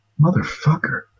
Motherfucker